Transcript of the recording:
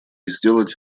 сделать